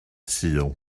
sul